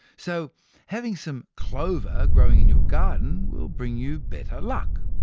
so having some clover growing in your garden will bring you better luck.